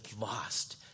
lost